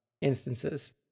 instances